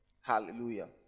Hallelujah